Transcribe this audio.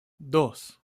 dos